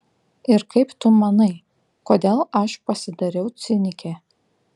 ir kaip tu manai kodėl aš pasidariau cinikė